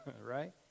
Right